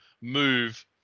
move